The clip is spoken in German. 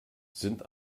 sind